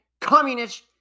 communist